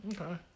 Okay